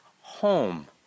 home